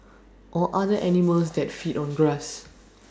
or other animals that feed on grass